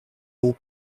all